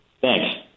Thanks